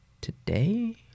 today